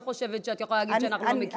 אני לא חושבת שאת יכולה להגיד שאנחנו לא מכירים.